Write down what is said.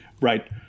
Right